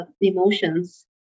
emotions